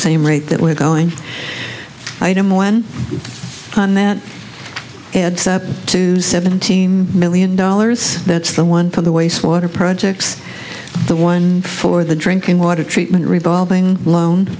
same rate that we're going i don't know when that adds up to seventeen million dollars that's the one for the waste water projects the one for the drinking water treatment revolving loan